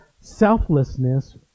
selflessness